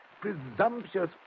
presumptuous